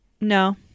No